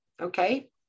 okay